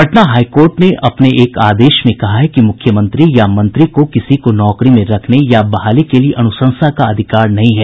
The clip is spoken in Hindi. पटना हाईकोर्ट ने अपने एक आदेश में कहा है कि मुख्यमंत्री या मंत्री को किसी को नौकरी में रखने या बहाली के लिए अनुशंसा का अधिकार नहीं है